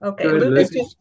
okay